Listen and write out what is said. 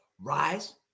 Rise